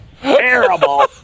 Terrible